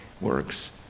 works